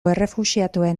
errefuxiatuen